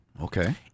Okay